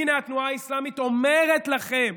הינה, התנועה האסלאמית אומרת לכם: